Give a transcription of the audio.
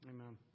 Amen